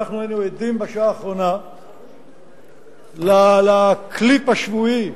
אנחנו היינו עדים בשעה האחרונה ל"קליפ" השבועי,